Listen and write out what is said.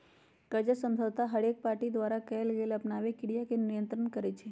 कर्जा समझौता हरेक पार्टी द्वारा कएल गेल आपनामे क्रिया के नियंत्रित करई छै